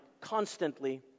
constantly